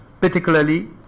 particularly